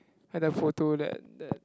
and the photo that that